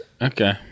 Okay